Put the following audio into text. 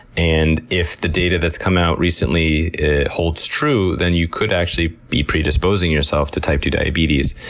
and if the data that's come out recently holds true, then you could actually be predisposing yourself to type two diabetes.